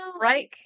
Right